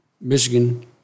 Michigan